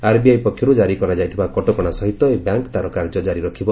RBI ପକ୍ଷରୁ ଜାରି କରାଯାଇଥିବା କଟକଣା ସହିତ ଏହି ବ୍ୟାଙ୍କ୍ ତାର କାର୍ଯ୍ୟ ଜାରି ରଖିବ